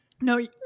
No